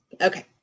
Okay